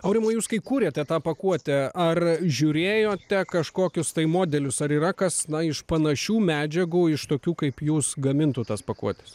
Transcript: aurimai jūs kai kūrėte tą pakuotę ar žiūrėjote kažkokius tai modelius ar yra kas na iš panašių medžiagų iš tokių kaip jūs gamintų tas pakuotes